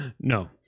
No